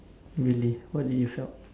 really what do you felt